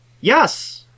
Yes